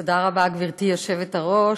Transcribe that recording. תודה רבה, גברתי היושבת-ראש.